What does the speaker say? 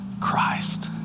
Christ